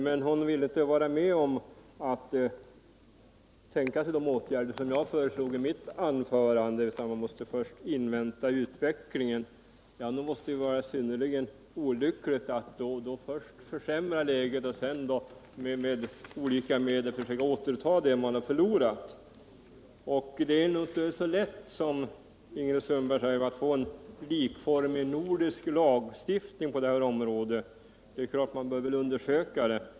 Fru Sundberg vill emellertid inte vara med om de åtgärder jag föreslog i mitt anförande, utan hon vill först vänta och se utvecklingen. Men nog vore det väl synnerligt olyckligt om man först väntade på att läget försämrades och sedan med olika medel försökte återta det man förlorat. Det är nog inte så lätt som fru Sundberg tycks tro att få en likformig nordisk lagstiftning på detta område. Dessa möjligheter bör naturligtvis undersökas.